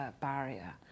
barrier